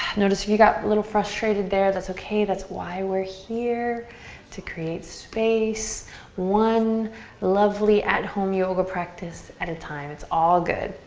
notice if you got a little bit frustrated there, that's okay. that's why we're here to create space one lovely at-home yoga practice at a time. it's all good.